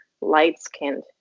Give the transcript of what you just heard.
light-skinned